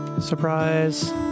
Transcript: Surprise